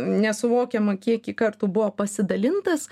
nesuvokiamą kiekį kartų buvo pasidalintas